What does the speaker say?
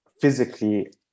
physically